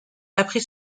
après